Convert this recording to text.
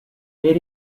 here